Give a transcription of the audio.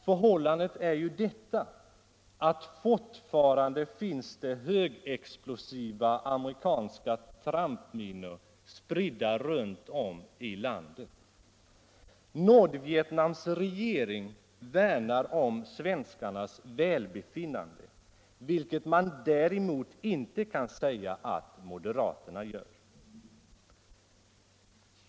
Förhållandet är ju detta att fortfarande finns det högexplosiva amerikanska trampminor spridda runt om i landet. Nordvietnams regering värnar om svenskarnas välbefinnande, vilket man däremot inte kan säga att moderaterna gör.